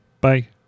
Bye